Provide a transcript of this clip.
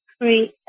create